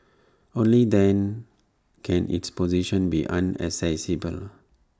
only then can its position be unassailable